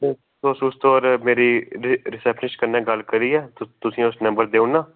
ते तुस उस उप्पर मेरी रि रिसेप्शनिस्ट कन्नै गल्ल करियै तुसें ई अंऊ नंबर देई ओड़नां